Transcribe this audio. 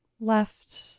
left